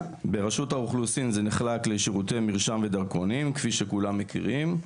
ברשות האוכלוסין זה נחלק לשירותי מרשם ודרכונים כפי שכולם מכירים,